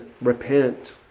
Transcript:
Repent